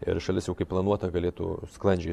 ir šalis jau kaip planuota galėtų sklandžiai